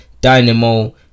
Dynamo